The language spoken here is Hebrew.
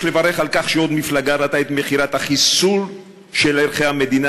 יש לברך על כך שעוד מפלגה ראתה את מכירת החיסול של ערכי המדינה